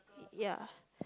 ya